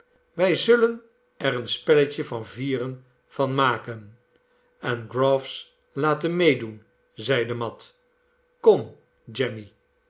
wij zullen er een spelletje van vieren van maken en groves laten meedoen zeide mat kom jemmy